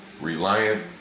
Reliant